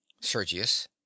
sergius